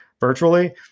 virtually